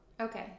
Okay